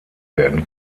werden